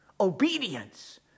obedience